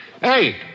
Hey